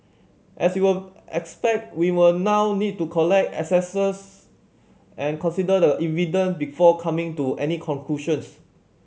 as you will expect we will now need to collect assesses and consider the evidence before coming to any conclusions